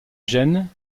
gène